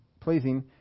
pleasing